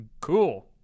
Cool